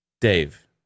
dave